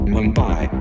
Mumbai